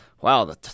Wow